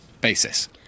basis